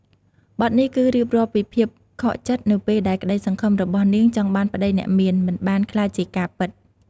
បទនេះគឺរៀបរាប់ពីភាពខកចិត្តនៅពេលដែលក្តីសង្ឃឹមរបស់នាងចង់បានប្តីអ្នកមាន មិនបានក្លាយជាការពិត។